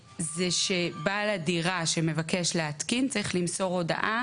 שבעל הדירה שמבקש להתקין צריך למסור הודעה